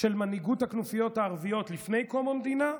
של מנהיגות הכנופיות הערביות לפני קום המדינה,